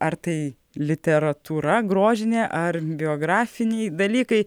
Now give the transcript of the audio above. ar tai literatūra grožinė ar biografiniai dalykai